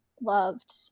loved